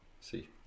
See